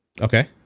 Okay